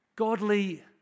Godly